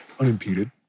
unimpeded